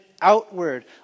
outward